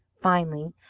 finally,